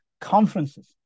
conferences